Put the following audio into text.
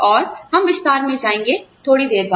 और हम विस्तार में जाएंगे थोड़ी देर बाद